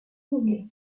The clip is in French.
renouvelés